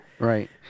Right